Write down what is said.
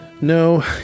No